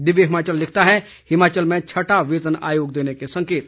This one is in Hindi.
दिव्य हिमाचल लिखता है हिमाचल में छठा वेतन आयोग देने के संकेत